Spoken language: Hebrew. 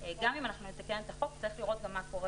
גם אם אנחנו נתקן את החוק נצטרך לראות גם מה קורה